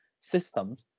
systems